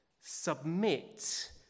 submit